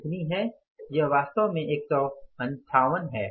यह वास्तव में 158 है